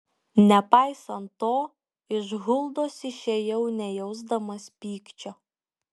nepaisant to iš huldos išėjau nejausdamas pykčio